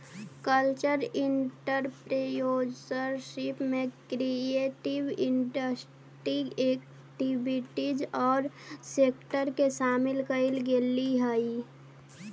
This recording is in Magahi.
कल्चरल एंटरप्रेन्योरशिप में क्रिएटिव इंडस्ट्री एक्टिविटीज औउर सेक्टर के शामिल कईल गेलई हई